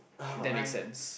it that make sense